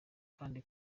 kandi